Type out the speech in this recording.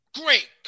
great